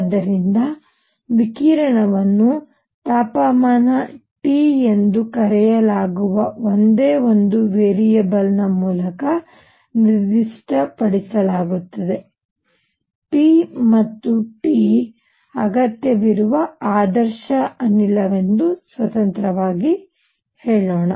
ಆದ್ದರಿಂದ ವಿಕಿರಣವನ್ನು ತಾಪಮಾನ T ಎಂದು ಕರೆಯಲಾಗುವ ಒಂದೇ ಒಂದು ವೇರಿಯೇಬಲ್ ಮೂಲಕ ನಿರ್ದಿಷ್ಟಪಡಿಸಲಾಗುತ್ತದೆ p ಮತ್ತು T ಅಗತ್ಯವಿರುವ ಆದರ್ಶ ಅನಿಲವೆಂದು ಸ್ವತಂತ್ರವಾಗಿ ಹೇಳೋಣ